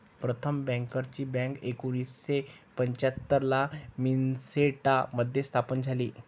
प्रथम बँकर्सची बँक एकोणीसशे पंच्याहत्तर ला मिन्सोटा मध्ये स्थापन झाली